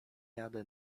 jadę